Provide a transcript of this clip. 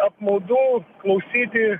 apmaudu klausyti